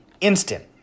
instant